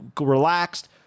relaxed